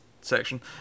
section